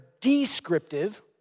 descriptive